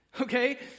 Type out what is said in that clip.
okay